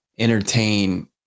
entertain